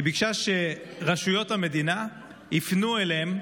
היא ביקשה שרשויות המדינה יפנו אליהם,